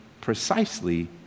precisely